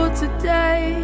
today